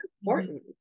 important